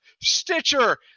Stitcher